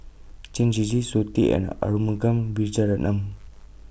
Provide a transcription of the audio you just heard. Chen Shiji Zoe Tay and Arumugam Vijiaratnam